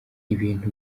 ibintu